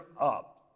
up